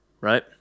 right